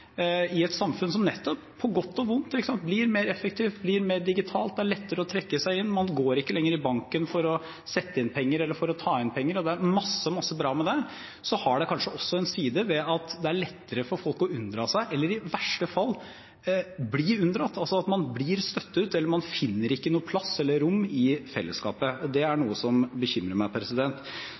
i et samfunn som på godt og vondt blir mer effektivt og mer digitalt, er det lettere å trekke seg inn. Man går f.eks. ikke lenger i banken for å sette inn eller ta ut penger. Det er en masse, masse bra med det, men det har kanskje en side som gjør det lettere for folk å unndra seg eller i verste fall bli unndratt – altså at man blir utstøtt, eller at man ikke finner plass eller rom i fellesskapet. Det er noe som bekymrer meg.